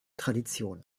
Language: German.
tradition